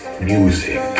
music